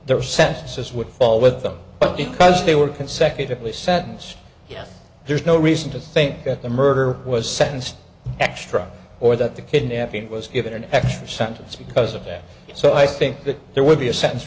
their sentences would fall with them because they were consecutively sentenced yes there's no reason to think that the murderer was sentenced extra or that the kidnapping was given an extra sentence because of that so i think that there would be a sen